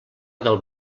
del